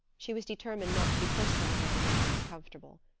she was determined not to be personal again and make him uncomfortable.